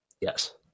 Yes